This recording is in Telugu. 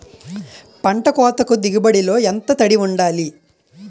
పంట కోతకు దిగుబడి లో ఎంత తడి వుండాలి?